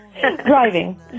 Driving